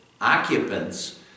occupants